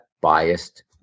Biased